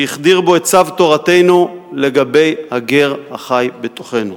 שהחדיר בו את צו תורתנו לגבי "הגר החי בתוכנו",